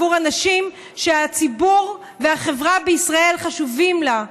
עבור אנשים שהציבור והחברה בישראל חשובים להם.